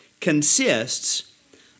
Consists